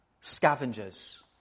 Scavengers